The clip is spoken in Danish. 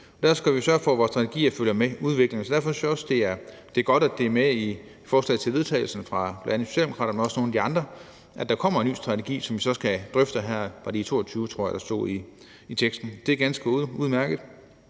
Der skal vi sørge for, at vores strategier følger med udviklingen, så derfor synes jeg også, det er godt, at det er med i forslaget til vedtagelse fra Socialdemokraterne og også nogle af de andre, altså at der kommer en ny strategi, som vi så skal drøfte her i 2022 – det tror jeg var det, der stod i teksten. Det er ganske udmærket,